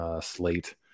slate